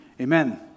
amen